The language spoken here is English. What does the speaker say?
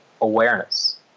awareness